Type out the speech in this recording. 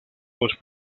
dos